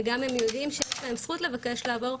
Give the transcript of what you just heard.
וגם אם הם יודעים שיש להם זכות לבקש לעבור,